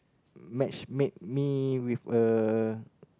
match make me with a